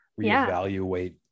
reevaluate